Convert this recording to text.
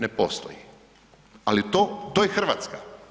Ne postoji, ali to je Hrvatska.